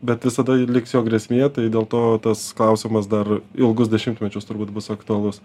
bet visada liks jo grėsmė tai dėl to tas klausimas dar ilgus dešimtmečius turbūt bus aktualus